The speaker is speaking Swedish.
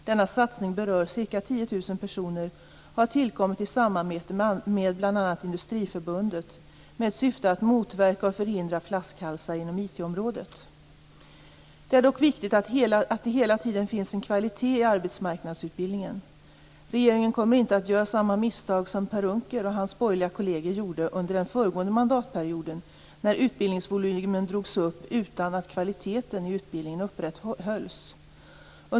Denna satsning berör ca 10 000 personer och har tillkommit i samarbete med bl.a. Industriförbundet med syfte att motverka och förhindra flaskhalsar inom IT-området. Det är dock viktigt att det hela tiden finns en kvalitet i arbetsmarknadsutbildningen. Regeringen kommer inte att göra samma misstag som Per Unckel och hans borgerliga kolleger gjorde under den föregående mandatperioden när utbildningsvolymen drogs upp utan att kvaliteten i utbildningen upprätthölls.